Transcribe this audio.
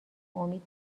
امید